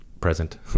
present